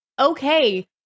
okay